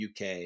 UK